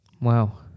Wow